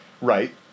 Right